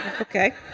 Okay